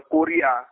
Korea